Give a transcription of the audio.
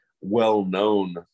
well-known